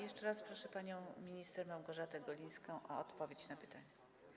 Jeszcze raz proszę panią minister Małgorzatę Golińską o odpowiedź na pytania.